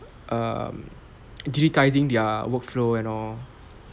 um digitizing their workflow and all